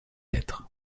lettres